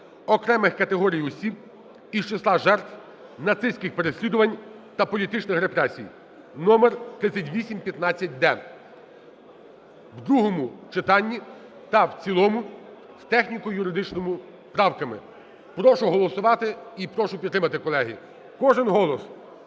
окремих категорій осіб із числа жертв нацистських переслідувань та політичних репресій (№3815-д) в другому читанні та в цілому з техніко-юридичними правками. Прошу голосувати і прошу підтримати, колеги. Кожен голос.